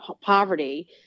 poverty